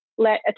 let